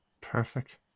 Perfect